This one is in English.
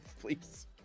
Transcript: please